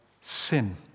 sin